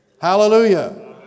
Hallelujah